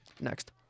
Next